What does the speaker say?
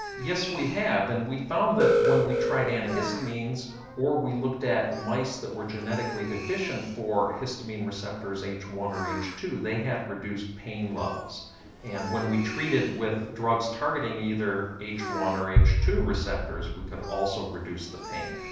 yes we have and we found that when we tried antihistamines or we looked at mice that were genetically deficient for histamine receptors h one or h two they had reduced pain levels and when we treated with drugs targeting either h one or h two receptors we could also reduce the pain.